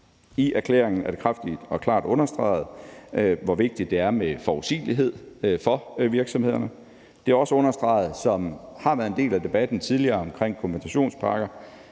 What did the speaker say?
I erklæringen er det kraftigt og klart understreget, hvor vigtigt det er med forudsigelighed for virksomhederne. Det er også understreget, som det har været en del af debatten tidligere omkring kompensationspakker,